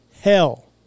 hell